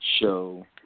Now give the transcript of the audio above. show